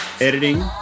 Editing